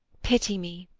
pity me.